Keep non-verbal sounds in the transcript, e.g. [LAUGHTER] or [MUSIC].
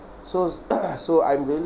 so [COUGHS] so I'm really